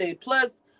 Plus